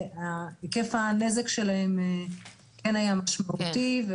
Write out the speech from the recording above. היקף הנזק שלהם כן היה משמעותי.